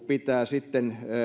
pitää sitten